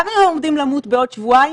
גם אם הם עומדים למות בעוד שבועיים,